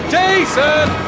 Jason